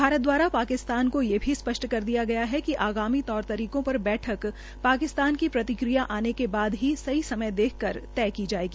भारत द्वारा पाकिस्तान को ये भी स्प्ष्ट कर दिया गया है कि आगामी तौर तरीकों पर बैठक पाकिस्तान की प्रतिक्रिया आने के बाद ही सही समय देखकर तय की जायेगी